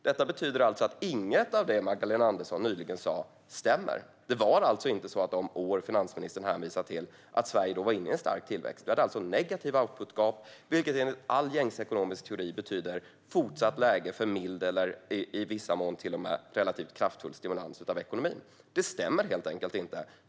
Detta betyder att inget av det Magdalena Andersson nyss sa stämmer. Det var alltså inte så att Sverige var inne i en stark tillväxt under de år finansministern hänvisar till. Vi hade negativa outputgap, vilket enligt all gängse ekonomisk teori betyder fortsatt läge för mild eller i viss mån till och med relativt kraftfull stimulans av ekonomin. Det finansministern sa stämmer helt enkelt inte.